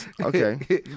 Okay